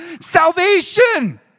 salvation